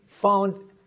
found